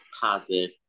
positive